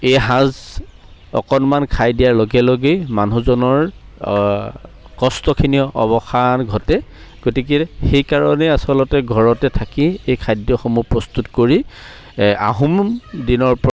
এই সাঁজ অকণমান খাই দিয়াৰ লগে লগেই মানুহজনৰ কষ্টখিনিৰ অৱসান ঘটে গতিকে সেইকাৰণে আচলতে ঘৰতে থাকি এই খাদ্যসমূহ প্ৰস্তুত কৰি এ আহোম দিনৰ পৰা